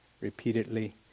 repeatedly